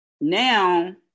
now